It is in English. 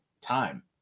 time